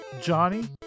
Johnny